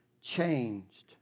changed